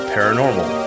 Paranormal